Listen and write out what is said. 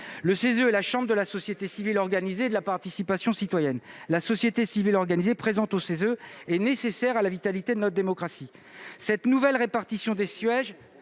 Le CESE est la chambre de la société civile organisée et de la participation citoyenne. La société civile organisée, présente au CESE, est nécessaire à la vitalité de notre démocratie. Cette nouvelle répartition des sièges